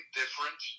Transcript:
different